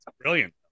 Brilliant